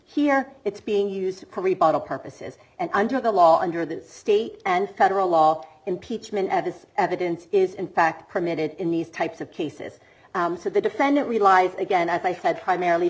here it's being used for rebuttal purposes and under the law under the state and federal law impeachment of this evidence is in fact permitted in these types of cases so the defendant relies again as i said primarily